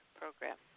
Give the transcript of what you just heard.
program